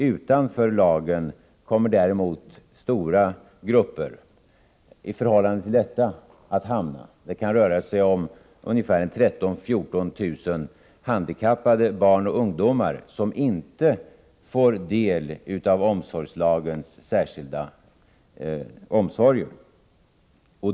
Utanför lagen kommer däremot stora grupper — i förhållande till detta antal — att hamna. Det kan röra sig om 13 000-14 000 handikappade barn och ungdomar som inte får del av omsorgslagens särskilda omsorger.